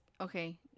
Okay